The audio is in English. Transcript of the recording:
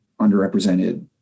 underrepresented